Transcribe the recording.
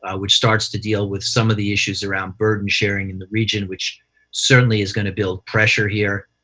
ah which starts to deal with some of the issues around burden sharing in the region, which certainly is going to build pressure here,